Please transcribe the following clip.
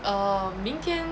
err 明天